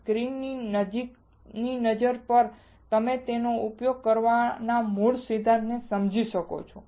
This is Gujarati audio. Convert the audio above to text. સ્ક્રીનની નજીકની નજર પર તમે તેનો ઉપયોગ કરવાના મૂળ સિદ્ધાંતને સમજી શકો છો